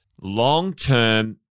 long-term